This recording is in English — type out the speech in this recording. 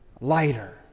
lighter